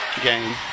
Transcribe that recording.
game